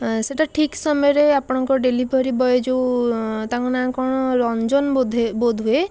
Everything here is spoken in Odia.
ସେଟା ଠିକ୍ ସମୟରେ ଆପଣଙ୍କର ଡେଲିଭରି ବୟ ଯେଉଁ ତାଙ୍କ ନାଁ କ'ଣ ରଞ୍ଜନ୍ ବୋଧେ ବୋଧହୁଏ